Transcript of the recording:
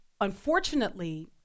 unfortunately